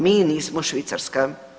Mi nismo Švicarska.